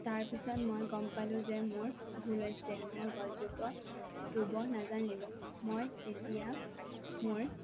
তাৰ পিছত মই গম পালোঁ যে মোৰ ভুল হৈছে মই গছজোপা ৰুব নাজানিলোঁ মই তেতিয়া মোৰ